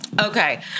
Okay